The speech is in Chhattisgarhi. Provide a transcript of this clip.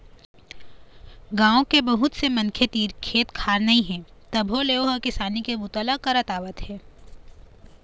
गाँव के बहुत से मनखे तीर खेत खार नइ हे तभो ले ओ ह किसानी के बूता करत आवत हे